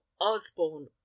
osborne